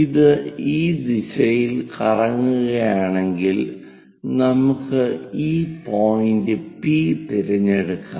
ഇത് ഈ ദിശയിൽ കറങ്ങുകയാണെങ്കിൽ നമുക്ക് ഈ പോയിന്റ് പി തിരഞ്ഞെടുക്കാം